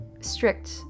strict